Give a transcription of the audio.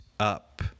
up